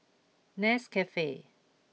Nescafe